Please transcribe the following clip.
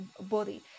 body